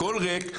הכול ריק,